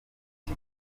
ati